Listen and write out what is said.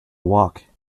walk